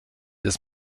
des